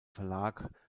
verlag